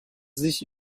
sich